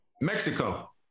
Mexico